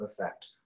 effect